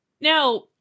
Now